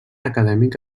acadèmic